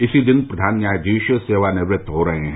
इसी दिन प्रधान न्यायाधीश सेवानिवृत्त हो रहे हैं